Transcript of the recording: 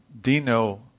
Dino